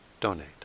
donate